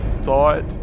thought